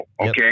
okay